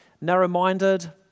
narrow-minded